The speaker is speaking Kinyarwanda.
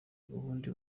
abarundi